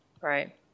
Right